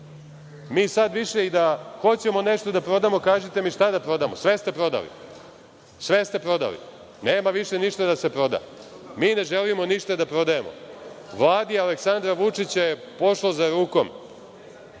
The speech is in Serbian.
Mi sada više i da hoćemo nešto da prodamo, kažite mi šta da prodamo. Sve ste prodali. Nema više ništa da se proda. Mi ne želimo ništa da prodajemo. Vladi Aleksandra Vučića je pošlo za rukom